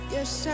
Yes